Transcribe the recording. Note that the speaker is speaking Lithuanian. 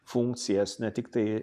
funkcijas ne tiktai